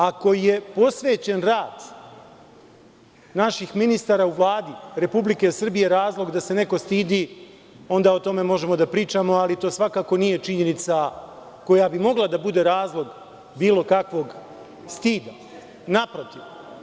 Ako je posvećen rad naših ministara u Vladi Republike Srbije razlog da se neko stidi, onda o tome možemo da pričamo, ali to svakako nije činjenica koja bi mogla da bude razlog bilo kakvog stida, naprotiv.